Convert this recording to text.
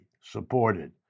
supported